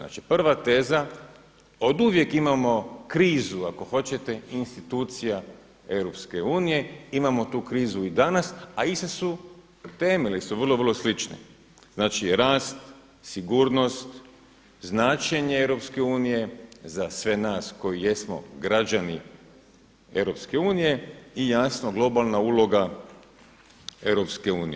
Znači prva teza oduvijek imamo krizu ako hoćete institucija EU, imamo tu krizu i danas, a iste su teme ili su vrlo, vrlo slične, znači rast, sigurnost, značenje EU za sve nas koji jesmo građani EU i jasno globalna uloga EU.